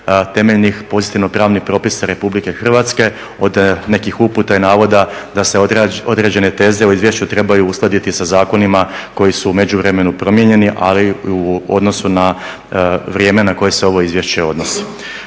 temeljnih pozitivno pravnih propisa Republike Hrvatske od nekih uputa i navoda da se određene teze o izvješću trebaju uskladiti sa zakonima koji su u međuvremenu promijenjeni ali i u odnosu na vrijeme na koje se ovo izvješće odnosi.